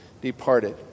departed